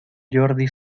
jordi